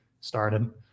started